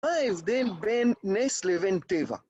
אהב דב בן, נס לבן טבע